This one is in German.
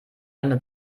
eine